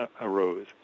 arose